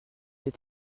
est